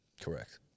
correct